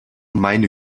meine